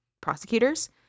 prosecutors